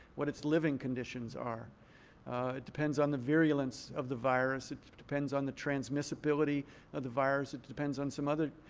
what its living conditions are. it depends on the virulence of the virus. it depends on the transmissibility of the virus. it depends on some other